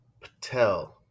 Patel